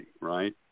right